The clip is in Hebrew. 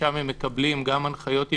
שם הם מקבלים גם הנחיות ישירות,